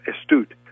astute